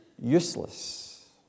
useless